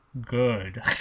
good